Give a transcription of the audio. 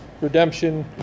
redemption